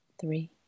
three